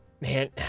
Man